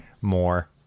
more